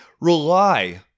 rely